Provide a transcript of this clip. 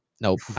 Nope